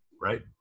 Right